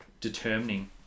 determining